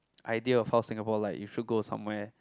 idea of how Singapore like you should go somewhere